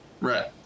Right